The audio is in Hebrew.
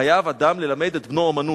חייב אדם ללמד את בנו אומנות,